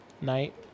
night